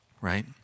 right